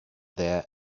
there